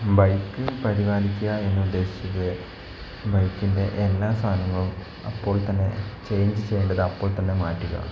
bike പരിപാലിക്കുക എന്ന് ഉദ്ദേശിച്ചത് ബൈക്കിൻ്റെ എല്ലാ സാധനങ്ങളും അപ്പോൾ തന്നെ ചേഞ്ച് ചെയ്യേണ്ടത് അപ്പോൾ തന്നെ മാറ്റുക